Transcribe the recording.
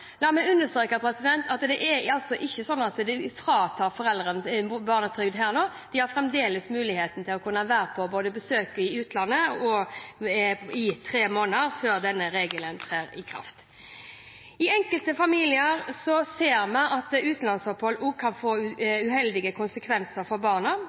La meg understreke at det er altså ikke sånn at man fratar foreldrene barnetrygd her nå, de har fremdeles muligheten til å kunne være på besøk i utlandet i tre måneder før denne regelen trer i kraft. I enkelte familier ser vi at utenlandsopphold kan få uheldige konsekvenser for barna.